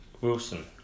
Wilson